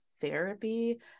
therapy